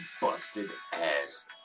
busted-ass